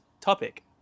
topic